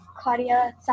Claudia